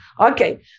Okay